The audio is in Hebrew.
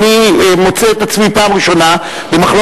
אני מוצא את עצמי בפעם הראשונה במחלוקת